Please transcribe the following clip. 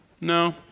no